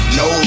no